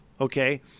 Okay